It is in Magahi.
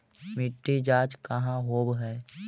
मिट्टी जाँच कहाँ होव है?